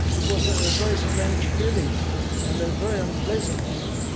it was a very strange feeling and a very unpleasant feeling.